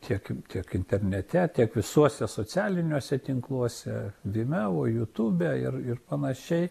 tiek tiek internete tiek visuose socialiniuose tinkluose vimeoj jutube ir ir panašiai